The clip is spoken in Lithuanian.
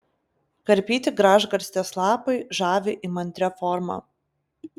karpyti gražgarstės lapai žavi įmantria forma